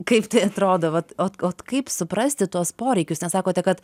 kaip tai atrodo vat ot ot kaip suprasti tuos poreikius nes sakote kad